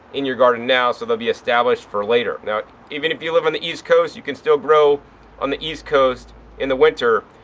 in your garden now so they'll be established for later. now even if you live in the east coast, you can still grow on the east coast in the winter.